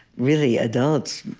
really adults,